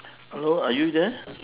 hello are you there